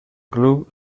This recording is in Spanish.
club